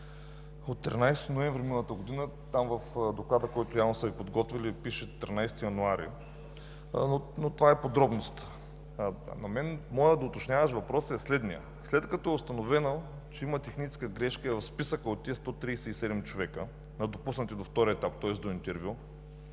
от 13 ноември миналата година, в доклада, който явно са Ви подготвили, пише „13 януари“, но това е подробност. Моят доуточняващ въпрос е следният: след като е установено, че има техническа грешка и в списъка от тези 137 човека, допуснати до втория етап, тоест до интервю,